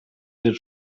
del